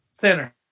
center